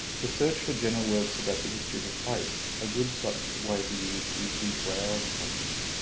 to search for general works about the history of a place a good sort of way to use is the browse function.